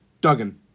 Duggan